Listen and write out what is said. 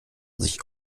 sich